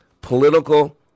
Political